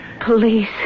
police